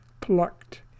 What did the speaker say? plucked